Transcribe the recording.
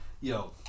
Yo